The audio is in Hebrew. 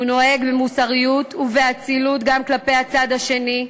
הוא נוהג במוסריות ובאצילות גם כלפי הצד השני.